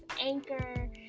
anchor